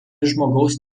žmogaus